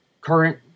current